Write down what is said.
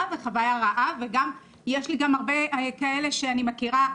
וחוויה רעה וגם יש לי גם הרבה כאלה שאני מכירה,